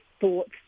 thoughts